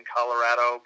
Colorado